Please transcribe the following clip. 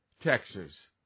Texas